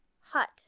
Hut